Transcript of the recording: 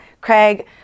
craig